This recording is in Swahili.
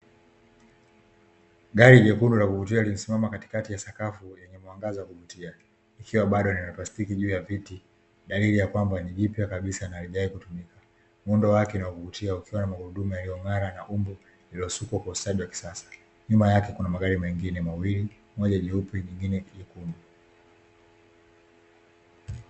Gari jekundu la kuvutia lilisimama katikati ya sakafu yenye mwangaza wakuvutia likiwa bado linaplastiki juu ya viti, dalili ya kwamba ni jipya kabisa na halijawahi kutumika, muundo wake ni wa kuvutia ukiwa na magurudumu yaliyong'ara na umbo lililosukwa kwa ustadi wa kisasa, nyuma yake kuna magari mengine mawili moja jeupe na jingine jekundu.